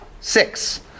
six